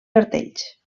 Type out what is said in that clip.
cartells